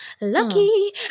Lucky